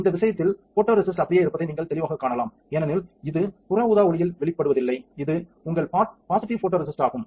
இந்த விஷயத்தில் போட்டோரேசிஸ்ட் அப்படியே இருப்பதை நீங்கள் தெளிவாகக் காணலாம் ஏனெனில் இது புற ஊதா ஒளியில் வெளிப்படுவதில்லை இது உங்கள் பாசிட்டிவ் போடோரெசிஸ்ட் ஆகும்